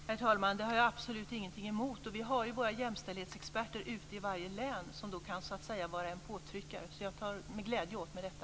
Herr talman! Det har jag absolut ingenting emot. Vi har ju våra jämställdhetsexperter ute i varje län som kan vara påtryckare. Jag tar med glädje till mig detta.